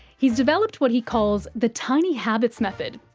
he's developed what he calls the tiny habits method,